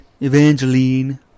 Evangeline